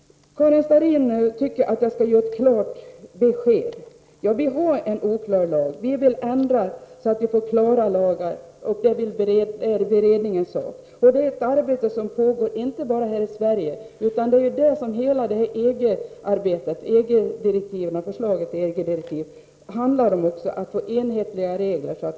Karin Starrin ville ha ett klart besked. Lagen är oklar, och vi vill ändra på det förhållandet. Detta är en uppgift för beredningen, och det är ett arbete som pågår, inte bara i Sverige, utan även förslaget till EG-direktiv går ut på att skapa klarhet genom enhetliga regler.